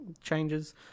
changes